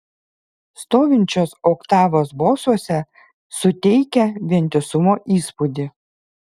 stovinčios oktavos bosuose suteikia vientisumo įspūdį